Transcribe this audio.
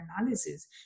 analysis